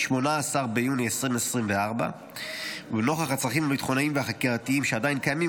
18 ביוני 2024. נוכח הצרכים הביטחוניים והחקירתיים שעדיין קיימים,